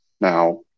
Now